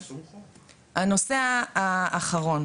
הנושא האחרון,